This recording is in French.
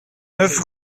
neuf